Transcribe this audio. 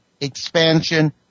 expansion